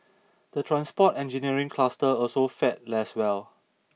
the transport engineering cluster also fared less well